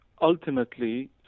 ultimately